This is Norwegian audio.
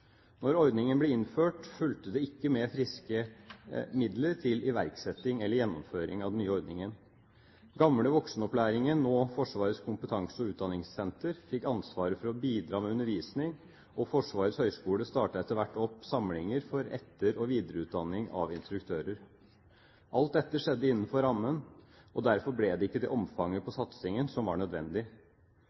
ordningen ble innført, fulgte det ikke med friske midler til iverksetting eller gjennomføring av den nye ordningen. Den gamle Voksenopplæringen, nå Forsvarets kompetanse- og utdanningssenter, fikk ansvaret for å bidra med undervisning, og Forsvarets høgskole startet etter hvert opp samlinger for etter- og videreutdanning av instruktører. Alt dette skjedde innenfor rammen, og derfor ble det ikke det omfanget på satsingen som var nødvendig.